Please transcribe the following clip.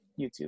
YouTube